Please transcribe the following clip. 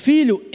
Filho